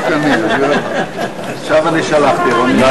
עכשיו אני שלחתי, רונית.